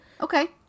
Okay